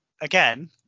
again